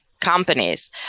companies